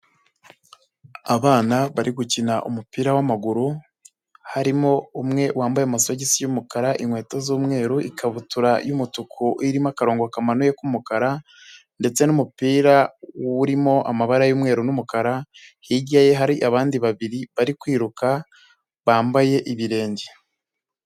bana bari gukina umupira w'amaguru harimo umwe wambaye amasogisi y'umukara inkweto z'umweru ikabutura y'umutuku irimo akarongo kamanuye k'umukara ndetse n'umupira urimo amabara y'umweru n'umukara hirya ye hari abandi babiri bari kwiruka bambaye ibirenge.